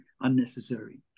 unnecessary